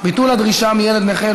והיא עוברת להמשך דיון והכנה,